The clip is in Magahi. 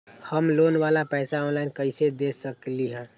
हम लोन वाला पैसा ऑनलाइन कईसे दे सकेलि ह?